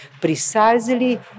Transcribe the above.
precisely